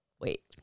wait